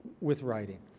with writing.